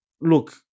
look